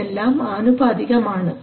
ഇതെല്ലാം അനുപാതികം ആണ്